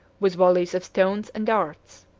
with volleys of stones and darts.